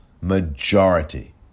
majority